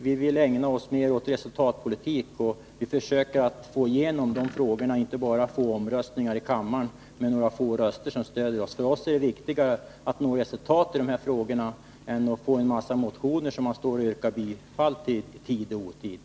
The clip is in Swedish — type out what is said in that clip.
Vi vill ägna oss mer åt resultatpolitik i stället för att här i kammaren yrka bifall till förslag som bara stöds av ett fåtal ledamöter. För oss är det viktigare att uppnå resultat än att i tid och otid yrka bifall till en mängd motioner.